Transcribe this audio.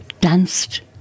danced